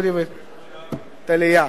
אודי וטליה.